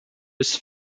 his